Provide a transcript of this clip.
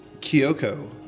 Kyoko